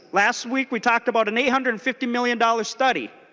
last week we talked about an eight hundred and fifty million dollars study